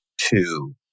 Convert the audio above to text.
two